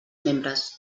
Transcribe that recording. membres